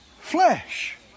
flesh